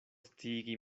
sciigi